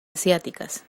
asiáticas